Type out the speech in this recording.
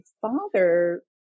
father